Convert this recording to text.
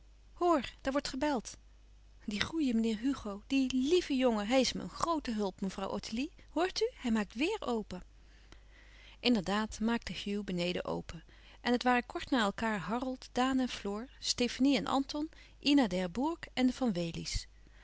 hoor daar wordt gebeld die goeie meneer hugo die lieve jongen hij is me een groote hulp mevrouw ottilie hoort u hij maakt weêr open inderdaad maakte hugh beneden open en het waren kort na elkaâr harold daan en floor stefanie en anton ina d'herbourg en de van wely's